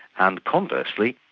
and conversely,